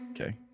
Okay